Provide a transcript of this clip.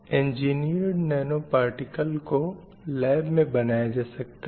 engineered nano particle को lab में बनाया जा सकता है